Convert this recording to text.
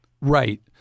Right